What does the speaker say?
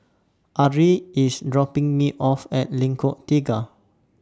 Arie IS dropping Me off At Lengkong Tiga